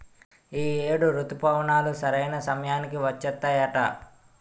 ఈ ఏడు రుతుపవనాలు సరైన సమయానికి వచ్చేత్తాయట